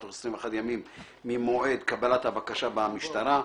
תוך 21 ימים ממועד קבלת הבקשה במשטרה,